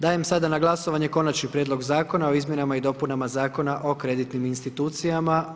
Dajem sada na glasovanje Konačni prijedlog zakona o izmjenama i dopunama Zakona o kreditnim institucijama.